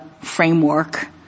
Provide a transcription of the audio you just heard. framework